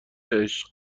عشق